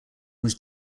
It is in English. was